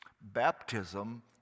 baptism